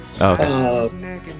okay